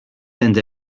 send